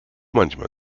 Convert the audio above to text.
manchmal